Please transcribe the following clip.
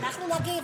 אנחנו נגיב.